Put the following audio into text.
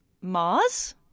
Mars